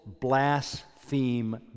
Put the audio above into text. blaspheme